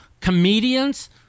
comedians